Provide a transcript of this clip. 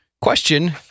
Question